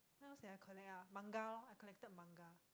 then what's that I collect ah manga lor I collected manga